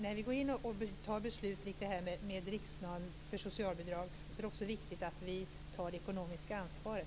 När vi då beslutar om en riksnorm för socialbidrag tycker vi att det också är viktigt att vi tar det ekonomiska ansvaret.